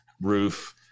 roof